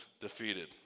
defeated